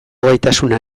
gaitasuna